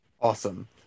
awesome